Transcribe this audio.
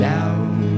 Down